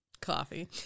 coffee